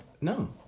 No